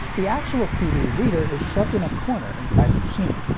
the actual cd reader is shoved in a corner inside the machine.